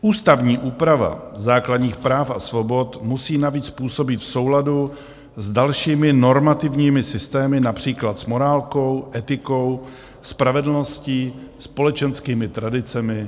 Ústavní úprava základních práv a svobod musí navíc působit v souladu s dalšími normativními systémy, například s morálkou, etikou, spravedlností, společenskými tradicemi atd.